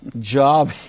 job